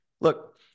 look